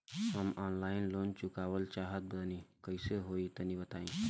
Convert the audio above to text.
हम online loan चुकावल चाहऽ तनि कइसे होई तनि बताई?